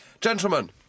Gentlemen